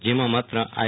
જેમાં માત્ર ઓઈ